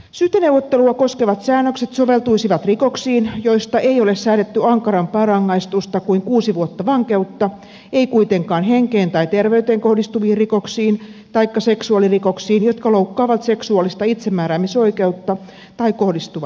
syyteneuvottelua koskevat säännökset soveltuisivat rikoksiin joista ei ole säädetty ankarampaa rangaistusta kuin kuusi vuotta vankeutta ei kuitenkaan henkeen tai terveyteen kohdistuviin rikoksiin taikka seksuaalirikoksiin jotka loukkaavat seksuaalista itsemääräämisoikeutta tai kohdistuvat lapsiin